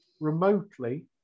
remotely